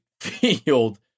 field